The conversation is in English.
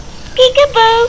Peekaboo